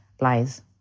lies